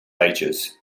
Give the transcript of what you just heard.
ages